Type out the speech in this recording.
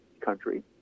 country